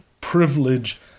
privilege